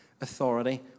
authority